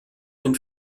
den